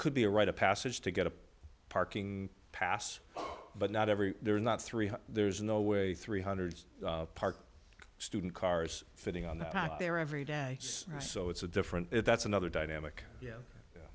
could be a rite of passage to get a parking pass but not every they're not three there's no way three hundred park student cars sitting on the back there every day so it's a different that's another dynamic yeah